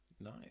Nice